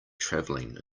traveling